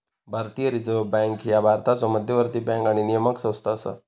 भारतीय reserve bank ह्या भारताचो मध्यवर्ती बँक आणि नियामक संस्था असा